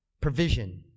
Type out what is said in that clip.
provision